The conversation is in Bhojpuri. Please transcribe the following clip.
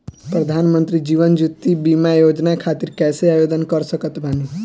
प्रधानमंत्री जीवन ज्योति बीमा योजना खातिर कैसे आवेदन कर सकत बानी?